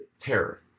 terror